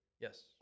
Yes